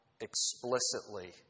explicitly